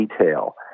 detail